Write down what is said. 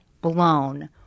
blown